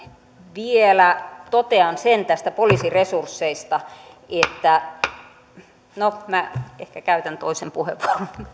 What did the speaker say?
vielä totean sen näistä poliisin resursseista että no minä ehkä käytän toisen puheenvuoron